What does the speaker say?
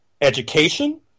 education